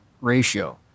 ratio